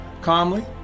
Calmly